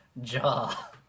jaw